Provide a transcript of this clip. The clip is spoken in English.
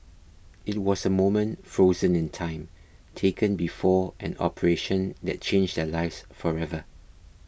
it was a moment frozen in time taken before an operation that changed their lives forever